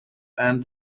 and